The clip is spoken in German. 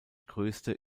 größte